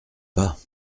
pas